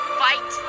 fight